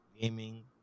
gaming